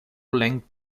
length